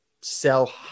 sell